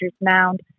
mound